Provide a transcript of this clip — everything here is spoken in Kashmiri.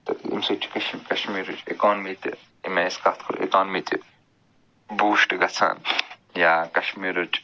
تہٕ اَمہِ سۭتۍ چھِ کٔش کَشمیٖرٕچ اِکانمی تہِ ییٚمہِ آیہِ أسۍ کَتھ کَرَو اِکانمی تہِ بوٗسٹ گژھان یا کَشمیٖرٕچ